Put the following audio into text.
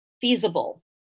feasible